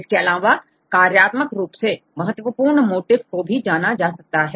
इसके अलावा कार्यात्मक रूप से महत्वपूर्ण मोटिफ को भी जाना जा सकता है